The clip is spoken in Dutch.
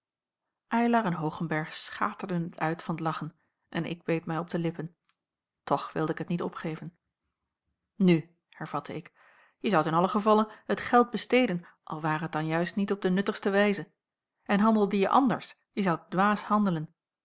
eylar en hoogenberg schaterden t uit van t lachen en ik beet mij op de lippen toch wilde ik t niet opgeven nu hervatte ik je zoudt in allen gevalle het geld besteden al ware het dan juist niet op de nuttigste wijze en handelde je anders je zoudt dwaas handelen